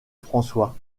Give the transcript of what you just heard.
françois